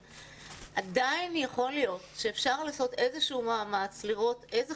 עדיין יכול להיות שאפשר לעשות איזשהו מאמץ לראות איזה חברי כנסת,